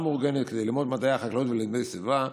מאורגנת כדי ללמוד מדעי החקלאות ולימודי סביבה.